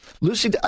Lucy